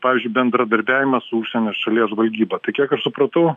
pavyzdžiui bendradarbiavimas su užsienio šalies žvalgyba tai kiek aš supratau